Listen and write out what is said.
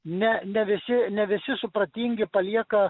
ne ne visi ne visi supratingi palieka